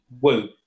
Woo